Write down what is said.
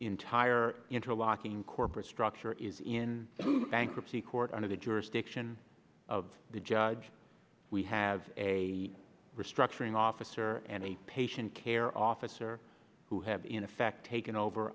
entire interlocking corporate structure is in bankruptcy court under the jurisdiction of the judge we have a restructuring officer and a patient care officer who have in effect taken over